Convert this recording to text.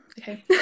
Okay